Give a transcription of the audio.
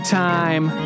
time